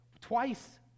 Twice